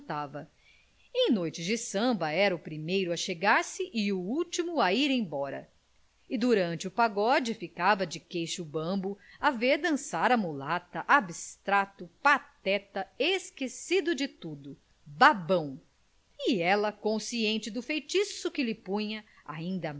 cantava em noites de samba era o primeiro a chegar-se e o último a ir embora e durante o pagode ficava de queixo bambo a ver dançar a mulata abstrato pateta esquecido de tudo babão e ela consciente do feitiço que lhe punha ainda